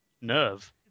nerve